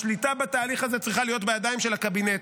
השליטה בתהליך הזה צריכה להיות בידיים של הקבינט.